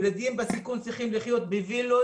ילדים בסיכון צריכים לחיות בווילות,